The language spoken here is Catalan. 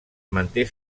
manté